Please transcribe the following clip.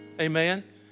Amen